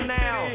now